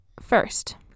first